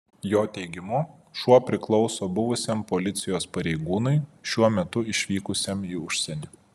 jo teigimu šuo priklauso buvusiam policijos pareigūnui šiuo metu išvykusiam į užsienį